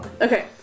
Okay